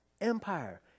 empire